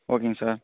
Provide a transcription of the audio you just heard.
ஓகேங்க சார்